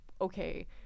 okay